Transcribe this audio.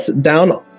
down